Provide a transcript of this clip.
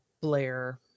blair